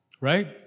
Right